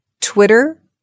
Twitter